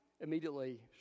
immediately